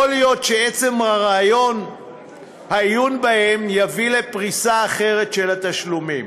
יכול להיות שעצם העיון בהם יביא לפריסה אחרת של התשלומים,